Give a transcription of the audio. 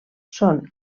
són